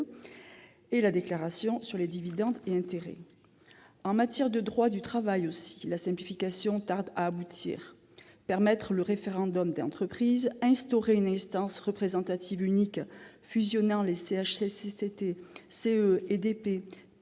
que la déclaration sur les dividendes et intérêts. En matière de droit du travail aussi la simplification tarde à aboutir. Permettre le référendum d'entreprise, instaurer une instance représentative unique fusionnant les comités